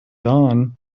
dawn